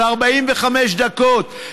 של 45 דקות,